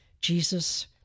Jesus